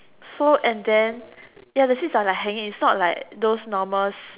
so and then ya the seats are like hanging it's not like those normals